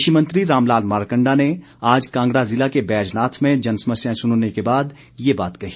कृषि मंत्री रामलाल मारकंडा ने आज कांगड़ा जिला के बैजनाथ में जनसमस्याएं सुनने के बाद ये बात कही